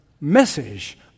message